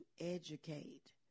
educate